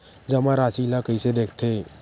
जमा राशि ला कइसे देखथे?